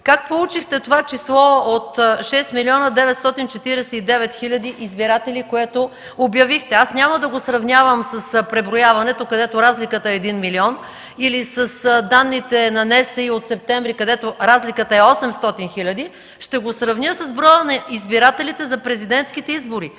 Как получихте това число от 6 млн. 949 хил. избиратели, което обявихте? Аз няма да го сравнявам с преброяването, където разликата е 1 милион, или с данните на НСИ от месец септември, където разликата е 800 хиляди. Ще го сравня с броя на избирателите за президентските избори,